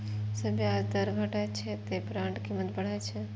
जब ब्याज दर घटै छै, ते बांडक कीमत बढ़ै छै